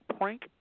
prank